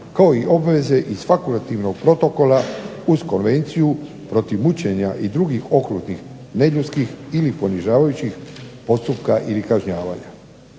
…/Govornik se ne razumije./… protokola uz Konvenciju protiv mučenja i drugih okrutnih neljudskih ili ponižavajućih postupka ili kažnjavanja.